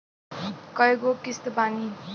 कय गो किस्त बानी?